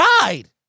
died